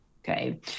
Okay